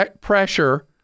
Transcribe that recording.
pressure